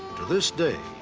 this day,